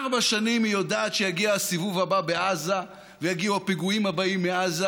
ארבע שנים היא יודעת שיגיע הסיבוב הבא בעזה ויגיעו הפיגועים הבאים מעזה,